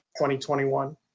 2021